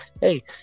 Hey